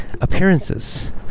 appearances